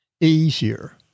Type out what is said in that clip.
easier